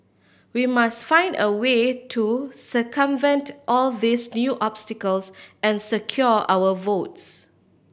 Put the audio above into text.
we must find a way to circumvent all these new obstacles and secure our votes